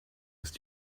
ist